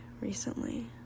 recently